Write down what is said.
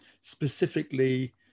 specifically